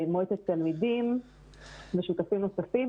מועצת התלמידים ושותפים נוספים.